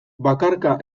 bakarka